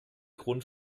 grund